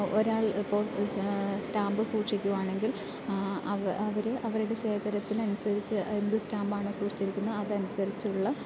ഒരാൾ ഇപ്പം സ്റ്റാമ്പ് സൂക്ഷിക്കുവാണെങ്കിൽ അവ അവർ അവരുടെ ശേഖരത്തിന് അനുസരിച്ച് എന്ത് സ്റ്റാമ്പാണോ സൂക്ഷിച്ചിരിക്കുന്നത് അതനുസരിച്ചുള്ള